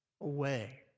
away